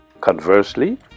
Conversely